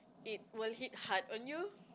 it will hit hard on you